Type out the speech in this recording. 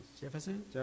Jefferson